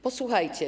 Posłuchajcie.